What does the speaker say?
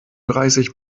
dreißig